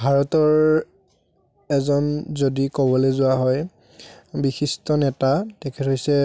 ভাৰতৰ এজন যদি ক'বলৈ যোৱা হয় বিশিষ্ট নেতা তেখেত হৈছে